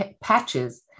patches